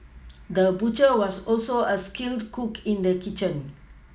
the butcher was also a skilled cook in the kitchen